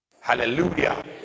Hallelujah